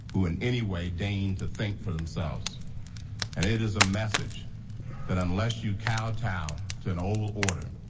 who in any way deign to think for themselves. and it is a message that unless you kowtow to an old order,